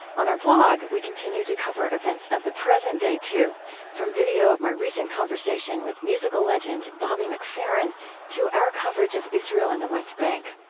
on our blog, we continue to cover events of the present day too from video of my recent conversation with musical legend bobby mcferrin to our coverage of israel and the west bank.